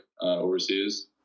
overseas